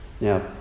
Now